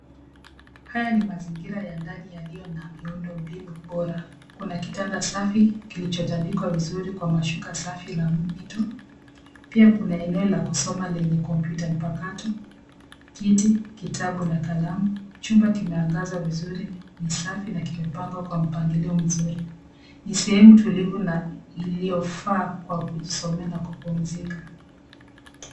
Haya ni mazingira ya ndani yaliyo na miundo mbinu bora. Kuna kitanda safi kilichotandikwa vizuri kwa mashuka safi na mwitu. Pia kuna eneo la kusoma lenye kompyuta mpakato, kiti, kitabu na kalamu. Chumba kimeangazwa vizuri, ni safi na kimepangwa kwa mpangilio mzuri. Ni sehemu tulivu na iliyofaa kwa kujisomea na kupumzika.